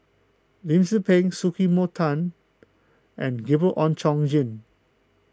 Lim Tze Peng Sumiko Tan and Gabriel Oon Chong Jin